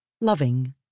loving